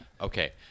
Okay